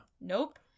Nope